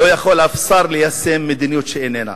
לא יכול אף שר ליישם מדיניות שאיננה.